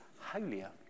holier